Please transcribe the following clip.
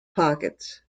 pockets